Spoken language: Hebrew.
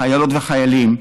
חיילות וחיילים,